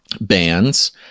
bands